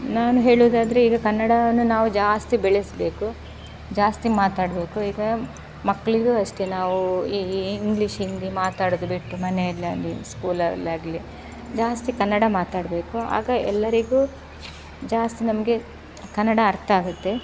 ನಾನು ಹೇಳುದಾದರೆ ಈಗ ಕನ್ನಡವನ್ನು ನಾವು ಜಾಸ್ತಿ ಬೆಳೆಸಬೇಕು ಜಾಸ್ತಿ ಮಾತಾಡಬೇಕು ಈಗ ಮಕ್ಕಳಿಗೂ ಅಷ್ಟೇ ನಾವು ಈ ಇಂಗ್ಲೀಷ್ ಹಿಂದಿ ಮಾತಾಡೋದು ಬಿಟ್ಟು ಮನೆಯಲ್ಲಾಗಲಿ ಸ್ಕೂಲಲ್ಲಾಗಲಿ ಜಾಸ್ತಿ ಕನ್ನಡ ಮಾತಾಡಬೇಕು ಆಗ ಎಲ್ಲರಿಗೂ ಜಾಸ್ತಿ ನಮಗೆ ಕನ್ನಡ ಅರ್ಥಾಗುತ್ತೆ